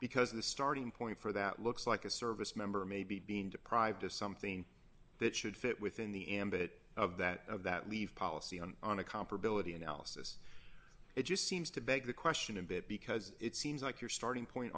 because the starting point for that looks like a service member may be being deprived of something that should fit within the ambit of that of that leave policy on on a comparability analysis it just seems to beg the question a bit because it seems like you